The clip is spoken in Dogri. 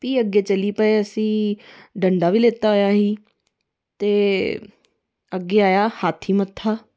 फ्ही अग्गें चली पे अस डंडा बी लैता असें ते अग्गें आया हाथी मत्था